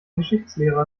geschichtslehrer